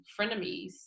frenemies